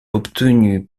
obtenu